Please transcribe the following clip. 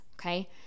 okay